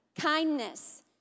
Kindness